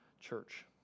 church